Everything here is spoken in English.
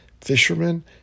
fishermen